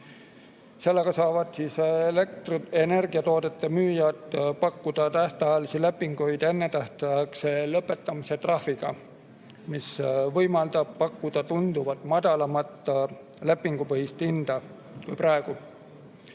Sellega saavad energiatoodete müüjad pakkuda tähtajalisi lepinguid ennetähtaegse lõpetamise trahviga, mis võimaldab pakkuda tunduvalt madalamat lepingupõhist hinda kui praegu.